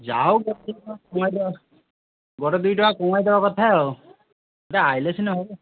ଯା ହଉ ଗୋଟେ ଦୁଇ ଟଙ୍କା ଟଙ୍କା କମେଇ ଦେବା ଗୋଟେ ଦୁଇ ଟଙ୍କା କମେଇ ଦବା କଥା ଆଉ ଗୋଟେ ଆଇଲେ ସିନା ହବ